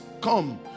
come